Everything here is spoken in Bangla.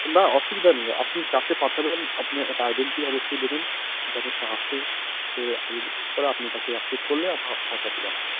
না অসুবিধা নেই আপনি যাকে পাঠাবেন আপনি একটা আইডেন্টিটি অবশ্যই দেবেন যাতে সে আসে সে আইডি প্রুভ করে আপনি তাকে অ্যাপ্রুভ করলে আমরা তার কাছে পাঠাবো